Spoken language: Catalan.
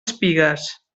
espigues